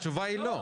התשובה היא לא.